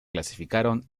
clasificaron